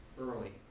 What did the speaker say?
early